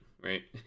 right